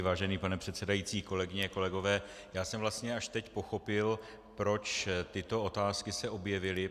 Vážený pane předsedající, kolegyně a kolegové, já jsem vlastně až teď pochopil, proč se tyto otázky objevily.